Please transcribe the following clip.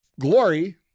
glory